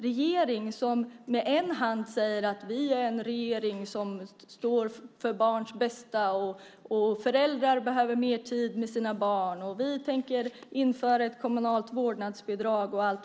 Regeringen säger att man står för barns bästa, att föräldrar behöver mer tid med sina barn och att man tänker införa ett kommunalt vårdnadsbidrag.